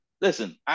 listen